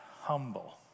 humble